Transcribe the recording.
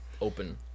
open